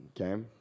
okay